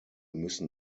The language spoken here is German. müssen